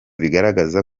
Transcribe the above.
bigaragaza